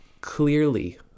clearly